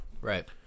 Right